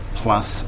plus